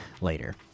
later